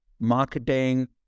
marketing